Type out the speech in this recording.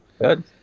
Good